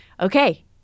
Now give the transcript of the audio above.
Okay